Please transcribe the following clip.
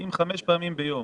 אם חמש פעמים ביום